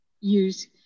use